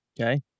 Okay